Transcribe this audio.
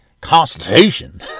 constitution